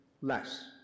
less